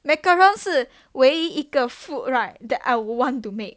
macarons 是唯一个 food right that I would want to make